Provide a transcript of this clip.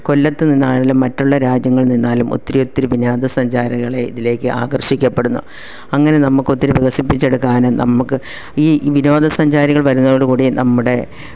കൊല്ലത്ത് നിന്നാണെങ്കിലും മറ്റുള്ള രാജ്യങ്ങളിൽ നിന്നാലും ഒത്തിരി ഒത്തിരി വിനോദസഞ്ചാരികളെ ഇതിലേക്ക് ആകർഷിക്കപ്പെടുന്നു അങ്ങനെ നമുക്ക് ഒത്തിരി വികസിപ്പിച്ചെടുക്കാനും നമുക്ക് ഈ വിനോദസഞ്ചാരികൾ വരുന്നതോടു കൂടി നമ്മുടെ